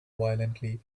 violently